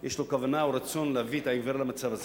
יש לו כוונה או רצון להביא את העיוור למצב הזה.